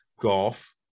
golf